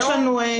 יש לנו קריטריונים.